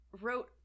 wrote